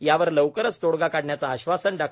यावर लवकरच तोडगा काढण्याचे आश्वासन डॉ